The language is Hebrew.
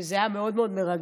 וזה היה מאוד מאוד מרגש